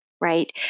right